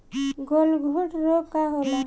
गलघोंटु रोग का होला?